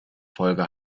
folge